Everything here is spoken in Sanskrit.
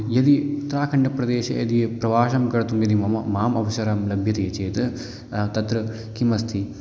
यदि उत्तराखण्डप्रदेशे यदि प्रवासं कर्तुं यदि मम माम् अवसरं लभ्यते चेत् तत्र किम् अस्ति